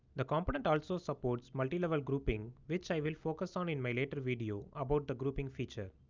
the component also supports multi-level grouping, which i will focus on in my later video about the grouping feature.